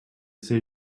say